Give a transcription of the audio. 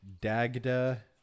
dagda